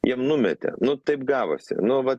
jiem numetė nu taip gavosi nu va